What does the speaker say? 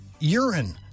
urine